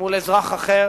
מול אזרח אחר